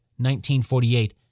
1948